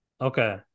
Okay